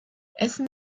essen